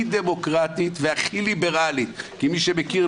דמוקרטית והכי ליברלית כי מי שמכיר,